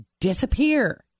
disappear